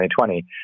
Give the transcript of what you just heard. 2020